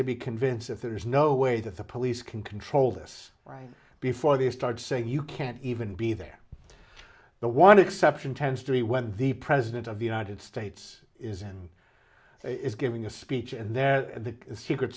to be convinced that there is no way that the police can control this before they start saying you can't even be there the one exception ten story when the president of the united states is and is giving a speech and there the secret